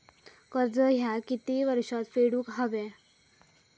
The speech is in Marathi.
कर्ज ह्या किती वर्षात फेडून हव्या?